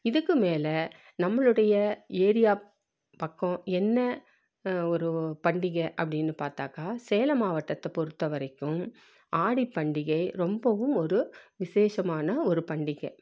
இதுக்கு மேலே நம்மளுடைய ஏரியா பக்கம் என்ன ஒரு பண்டிகை அப்படின்னு பார்த்தாக்கா சேலம் மாவட்டத்தை பொறுத்தவரைக்கும் ஆடி பண்டிகை ரொம்பவும் ஒரு விசேஷமாக ஒரு பண்டிகை